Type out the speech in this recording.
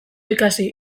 ikasi